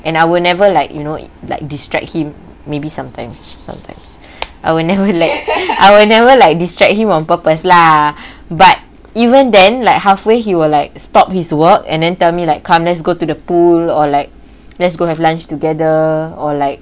and I will never like you know like distract him maybe sometimes I will never like I will never like distract him on purpose lah but even then like halfway he will like stop his work and then tell me like come let's go to the pool or like let's go have lunch together or like